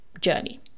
journey